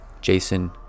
Jason